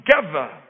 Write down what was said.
together